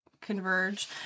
converge